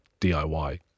DIY